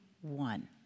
one